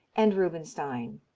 and rubinstein.